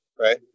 right